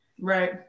Right